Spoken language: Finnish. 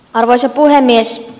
arvoisa puhemies